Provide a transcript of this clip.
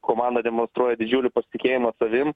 komanda demonstruoja didžiulį pasitikėjimą savim